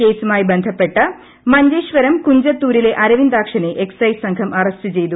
കേസുമായി ബന്ധപ്പെട്ട് മഞ്ചേശ്വരം കുഞ്ചത്തൂരിലെ അരവിന്ദ്രാക്ഷനെ എക്സൈസ് സംഘം അറസ്റ്റ് ചെയ്തു